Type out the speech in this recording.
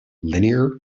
linear